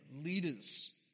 leaders